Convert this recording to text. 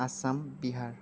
Assam Bihar